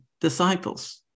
disciples